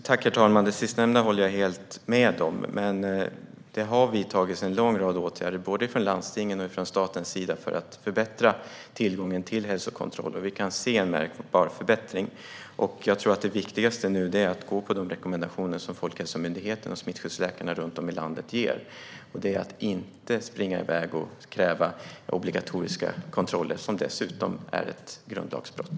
Herr talman! Det sistnämnda håller jag helt med om. Det har vidtagits en lång rad åtgärder av landstingen och av staten för att förbättra tillgången till hälsokontroller. Det syns en märkbar förbättring. Det viktigaste nu är att följa de rekommendationer som Folkhälsomyndigheten och smittskyddsläkarna runt om i landet ger, nämligen att inte springa iväg och kräva obligatoriska kontroller - som dessutom är ett grundlagsbrott.